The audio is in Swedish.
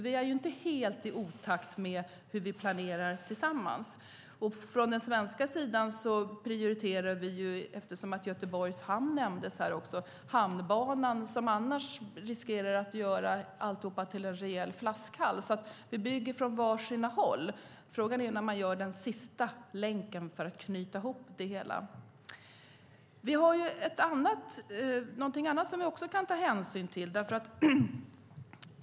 Vi är inte helt i otakt med hur vi planerar tillsammans. Göteborgs Hamn nämndes här. Från svensk sida prioriteras Hamnbanan, som annars riskerar att göra allt till en rejäl flaskhals. Vi bygger från varsitt håll. Frågan är när den sista länken ska byggas för att knyta ihop det hela. Det finns något annat som vi också kan ta hänsyn till.